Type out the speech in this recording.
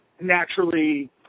naturally